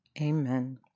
Amen